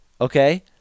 Okay